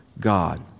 God